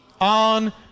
on